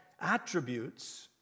attributes